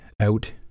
out